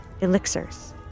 Elixirs